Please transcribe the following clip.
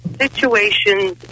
situations